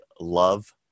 love